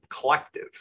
collective